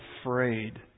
afraid